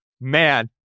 man